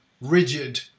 rigid